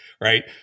Right